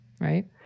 Right